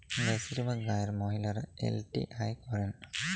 বেশিরভাগ গাঁয়ের মহিলারা এল.টি.আই করেন